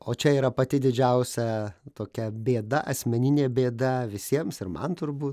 o čia yra pati didžiausia tokia bėda asmeninė bėda visiems ir man turbū